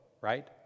right